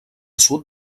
sud